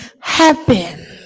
happen